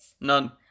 None